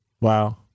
Wow